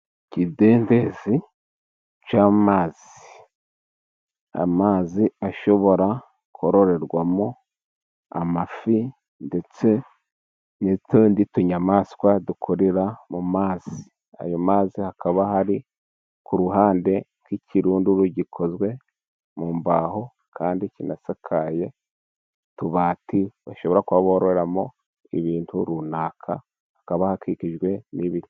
Ikidendezi cy'amazi, amazi ashobora kororerwamo amafi ndetse n'utundi tunyamaswa dukurira mu mazi, ayo mazi hakaba hari ku ruhande nk'ikirunduru gikozwe mu mbaho kandi kinasakaye, utubati bashobora kuba bororamo ibintu runaka hakaba hakikijwe n'ibiti.